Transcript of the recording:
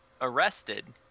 arrested